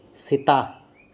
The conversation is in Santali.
ᱥᱮᱛᱟ